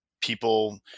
people